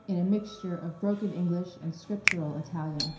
in a mixture of broken english and scriptural italian,